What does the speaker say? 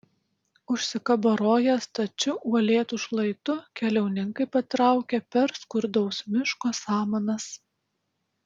užsikabaroję stačiu uolėtu šlaitu keliauninkai patraukė per skurdaus miško samanas